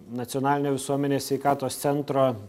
nacionalinio visuomenės sveikatos centro